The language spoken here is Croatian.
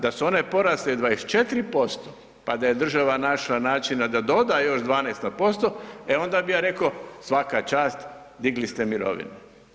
Da su one porasle 24% pa da je država našla načina da doda još 12% e onda bi ja rekao, svaka čast digli ste mirovine.